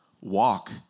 walk